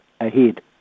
ahead